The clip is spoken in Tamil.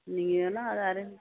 நீங்கள் வேணால் அதை அரேஞ்ச்